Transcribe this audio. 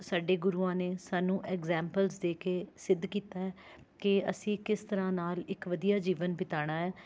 ਸਾਡੇ ਗੁਰੂਆਂ ਨੇ ਸਾਨੂੰ ਇੰਗਜ਼ੈਮਪਲਸ਼ ਦੇ ਕੇ ਸਿੱਧ ਕੀਤਾ ਹੈ ਕਿ ਅਸੀਂ ਕਿਸ ਤਰ੍ਹਾਂ ਨਾਲ ਇੱਕ ਵਧੀਆ ਜੀਵਨ ਬਿਤਾਉਣਾ ਹੈ